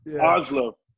Oslo